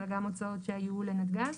אלא גם הוצאות שהיו לנתגז.